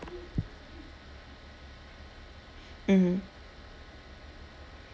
mmhmm